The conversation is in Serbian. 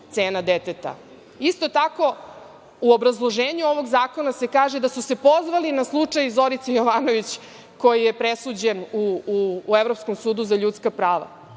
cena deteta. Isto tako, u obrazloženju ovog zakona se kaže da su se pozvali na slučaj Zorice Jovanović kojoj je presuđen u Evropskom sudu za ljudska prava.